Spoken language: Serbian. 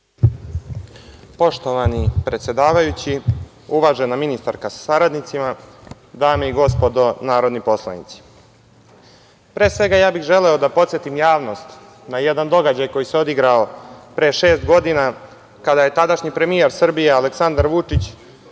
Poštovani predsedavajući, uvažena ministarka sa saradnicima, dame i gospodo narodni poslanici, pre svega bih želeo da podsetim javnost na jedan događaj koji se odigrao pre šest godina kada je tadašnji premijer Srbije Aleksandar Vučić